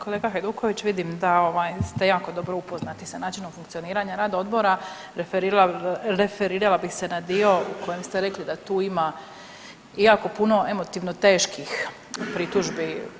Kolega Hajduković, vidim da ovaj ste jako dobro upoznati sa načinom funkcioniranja rada odbora, referirala bih se na dio u kojem ste rekli da tu ima jako puno emotivno teških pritužbi.